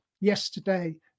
yesterday